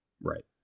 Right